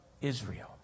Israel